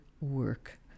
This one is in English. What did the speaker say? work